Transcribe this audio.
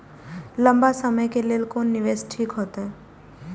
लंबा समय के लेल कोन निवेश ठीक होते?